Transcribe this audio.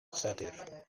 satire